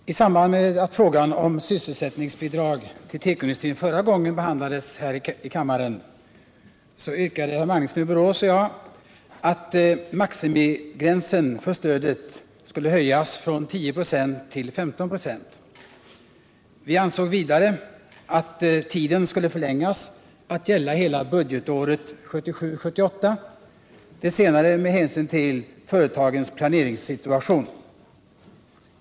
Herr talman! I samband med att frågan om sysselsättningsbidrag till tekoindustrin förra gången behandlades här i kammaren yrkade Tage Magnusson och jag att maximigränsen för stödet skulle höjas från 10 96 till 15 96. Vi ansåg vidare att tiden skulle förlängas att gälla hela budgetåret 1977/78 — det senare med hänsyn till företagens planeringssituation.